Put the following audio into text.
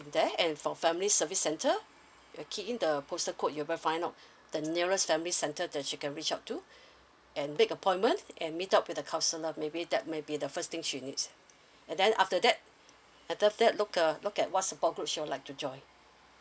in there and for family service center key in the postal code you will find out the nearest family center that you can reach out to and make appointment and meet up with the counsellor maybe that maybe the first thing she needs and then after that after that look uh look at what support group she'll like to join